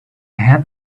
had